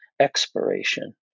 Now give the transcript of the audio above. expiration